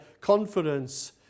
confidence